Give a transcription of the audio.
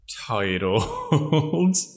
titled